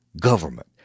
Government